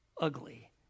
ugly